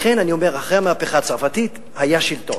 לכן אני אומר, אחרי המהפכה הצרפתית היה שלטון.